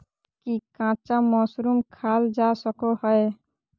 की कच्चा मशरूम खाल जा सको हय?